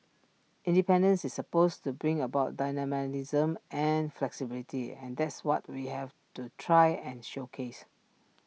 independence is supposed to bring about and flexibility and that's what we have to try and showcase